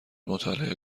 مطالعه